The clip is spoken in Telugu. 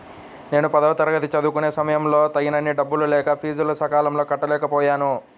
నేను పదవ తరగతి చదువుకునే సమయంలో తగినన్ని డబ్బులు లేక ఫీజులు సకాలంలో కట్టలేకపోయాను